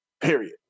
Period